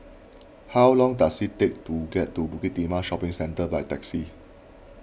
how long does it take to get to Bukit Timah Shopping Centre by taxi